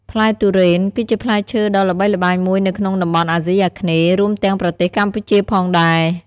ផ្លែទុរេន គឺជាផ្លែឈើដ៏ល្បីល្បាញមួយនៅក្នុងតំបន់អាស៊ីអាគ្នេយ៍ រួមទាំងប្រទេសកម្ពុជាផងដែរ។